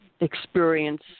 experience